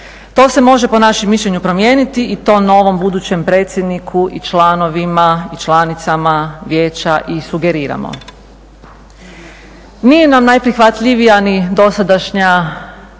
To se može po našem mišljenju promijeniti i to novom budućem predsjedniku i članovima i članicama vijeća i sugeriramo. Nije nam najprihvatljivija ni dosadašnja